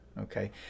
okay